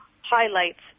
highlights